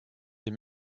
des